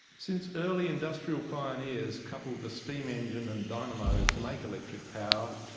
since early industrial pioneers coupled the steam engine and dynamo to make electric power,